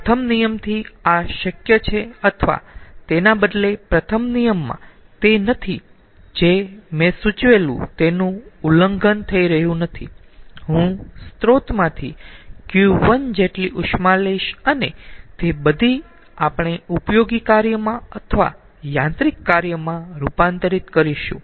હવે પ્રથમ નિયમથી આ શક્ય છે અથવા તેના બદલે પ્રથમ નિયમમાં તે નથી જે મેં સૂચવેલું તેનું ઉલ્લંઘન થઈ રહ્યું નથી હું સ્ત્રોતમાંથી Q1 જેટલી ઉષ્મા લઈશ અને તે બધી આપણે ઉપયોગી કાર્યમાં અથવા યાંત્રિક કાર્યમાં રૂપાંતરિત કરીશું